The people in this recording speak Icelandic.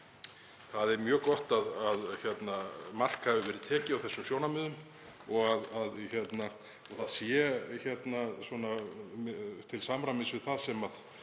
Það er mjög gott að mark hafi verið tekið á þessum sjónarmiðum til samræmis við það sem